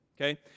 okay